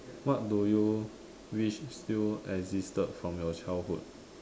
what do you wish still existed from your childhood